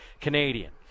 Canadian